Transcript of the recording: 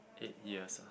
eight years ah